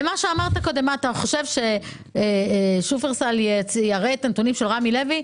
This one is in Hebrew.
קודם שאלת אם שופרסל יראה את הנתונים של רמי לוי,